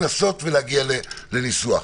לנסות להגיע לניסוח.